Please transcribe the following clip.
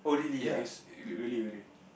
ya it's really really